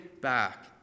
back